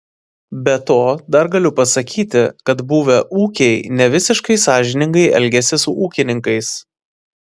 be to dar galiu pasakyti kad buvę ūkiai nevisiškai sąžiningai elgiasi su ūkininkais